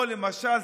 או למשל,